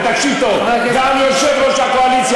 ותקשיב טוב, גם יושב-ראש הקואליציה